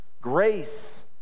grace